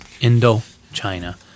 Indochina